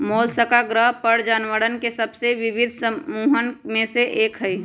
Mollusca ग्रह पर जानवरवन के सबसे विविध समूहन में से एक हई